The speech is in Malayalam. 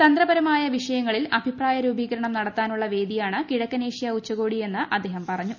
തന്ത്രപരമായ വിഷയങ്ങളിൽ അഭിപ്രായ രൂപീകരണം നടത്താനുള്ള വേദിയാണ് കിഴക്കൻ ഏഷ്യ ഉച്ചകോടിയെന്ന് അദ്ദേഹം പറഞ്ഞു